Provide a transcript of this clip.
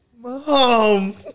Mom